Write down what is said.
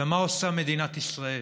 ומה עושה מדינת ישראל?